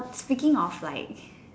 speaking of like